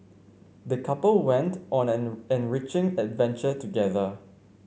the couple went on an enriching adventure together